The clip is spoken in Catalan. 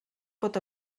pot